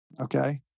Okay